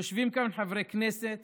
יושבים כאן חברי כנסת